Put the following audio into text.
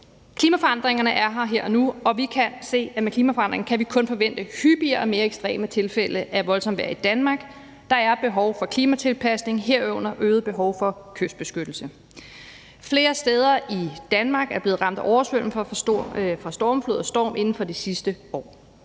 Klimaforandringerne er her hér og nu, og vi kan se, at med klimaforandringerne kan vi kun forvente hyppigere og mere ekstreme tilfælde af voldsomt vejr i Danmark. Der er behov for klimatilpasning, herunder øget behov for kystbeskyttelse. Flere steder i Danmark er blevet ramt af oversvømmelser fra stormflod og storm inden for de sidste år.